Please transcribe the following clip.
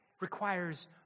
requires